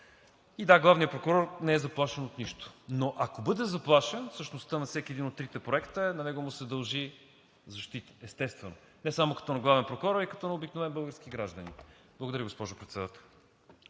И да, главният прокурор не е заплашен от нищо, но ако бъде заплашен, същността на всеки един от трите проекта е, че на него му се дължи защита, естествено, не само като на главен прокурор, а и като на обикновен български гражданин. Благодаря, госпожо Председател.